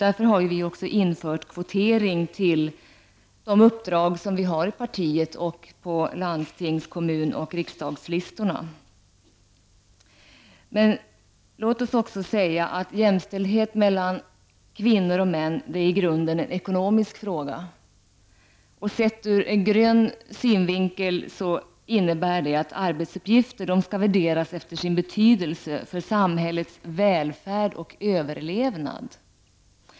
Därför har vi också infört kvotering till de uppdrag som vi har i partiet och på landstings-, kommun och riksdagslistorna. Men jämställdhet mellan kvinnor och män är i grunden en ekonomisk fråga. Sett ur grön synvinkel innebär det att arbetsuppgifter skall värderas efter sin betydelse för samhällets välfärd och överlevnad.